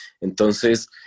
Entonces